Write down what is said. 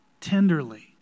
tenderly